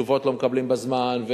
תשובות לא מקבלים בזמן,